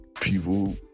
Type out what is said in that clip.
People